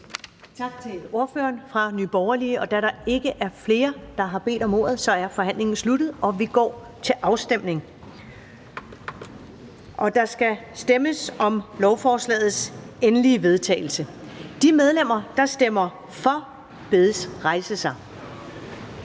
Tak til ordføreren fra Nye Borgerlige. Da der ikke er flere, der har bedt om ordet, er forhandlingen sluttet, og vi går til afstemning. Kl. 15:10 Afstemning Første næstformand (Karen Ellemann): Der stemmes om lovforslagets endelige vedtagelse. De medlemmer, der stemmer for, bedes rejse sig.